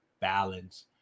balance